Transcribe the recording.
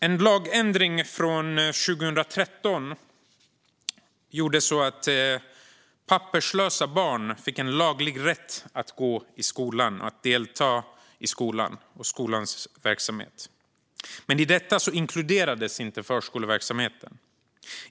En lagändring från 2013 gjorde så att papperslösa barn fick en laglig rätt att gå i skolan och delta i skolans verksamhet. I detta inkluderades inte förskoleverksamheten.